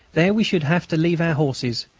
there we should have to leave our horses,